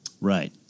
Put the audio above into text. Right